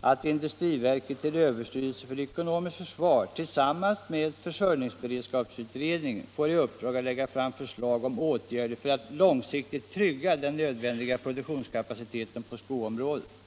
att industriverket och överstyrelsen för ekonomiskt försvar tillsammans med försörjningsberedskapsutredningen får i uppdrag att lägga fram förslag om åtgärder för att långsiktigt trygga den nödvändiga produktionskapaciteten på skoområdet.